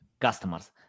customers